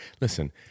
Listen